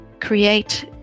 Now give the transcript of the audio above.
create